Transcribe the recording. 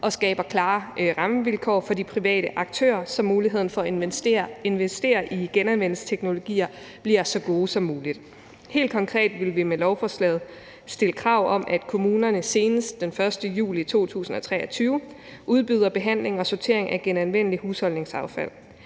og skaber klare rammevilkår for de private aktører, så mulighederne for at investere i genanvendelsesteknologier bliver så gode som muligt. Helt konkret vil vi med lovforslaget stille krav om, at kommunerne senest den 1. juli 2023 udbyder behandling og sortering af genanvendeligt husholdningsaffald.